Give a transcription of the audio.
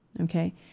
okay